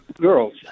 girls